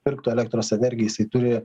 pirktų elektros energiją jisai turi